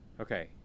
Okay